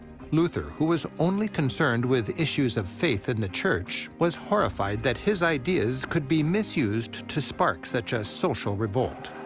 luther, who was only concerned with issues of faith and the church, was horrified that his ideas could be misused to spark such a social revolt.